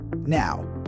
now